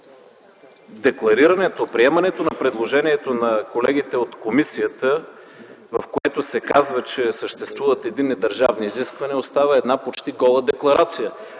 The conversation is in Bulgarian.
Декларирането, приемането на предложението на колегите от комисията, в което се казва, че съществуват единни държавни изисквания, остава една почти гола декларация.